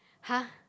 !huh!